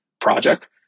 project